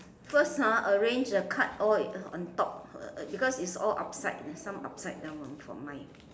first ah arrange the cards all on top because it's all upside some upside down for mine